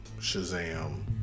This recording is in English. Shazam